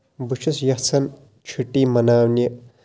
بہٕ چھُس یَژھان چھُٹی مَناونہِ